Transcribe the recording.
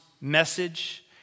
message